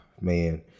man